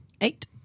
Eight